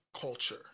culture